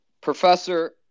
professor